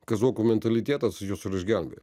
kazokų mentalitetas juos išgelbėjo